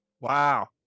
Wow